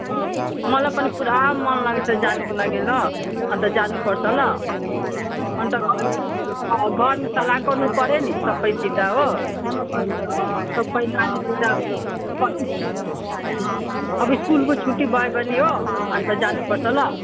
मलाई पनि पुरा मन लागेको छ जानुको लागि ल अन्त जानु पर्छ ल अन्त घरमा स घरमा सल्लाह गर्नु पर्यो नि सबसित हो अन्त सब नानीसित अब स्कुलको छुट्टी भयो भने हो अन्त जानु पर्छ ल